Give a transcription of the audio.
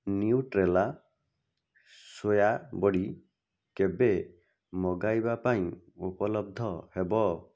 Nutrela soya ବଡ଼ି କେବେ ମଗାଇବା ପାଇଁ ଉପଲବ୍ଧ ହେବ